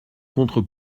contre